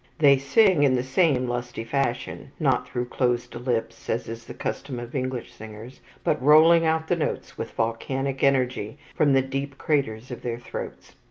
they sing in the same lusty fashion not through closed lips, as is the custom of english singers, but rolling out the notes with volcanic energy from the deep craters of their throats.